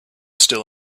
still